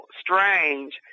strange